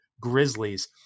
Grizzlies